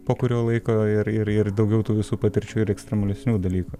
po kurio laiko ir ir ir daugiau tų visų patirčių ir ekstremalesnių dalykų